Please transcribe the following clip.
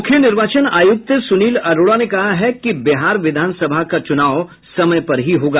मुख्य निर्वाचन आयुक्त सुनील अरोड़ा ने कहा है कि बिहार विधान सभा का चुनाव समय पर ही होगा